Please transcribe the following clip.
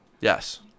Yes